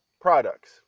products